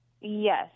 Yes